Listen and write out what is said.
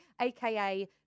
aka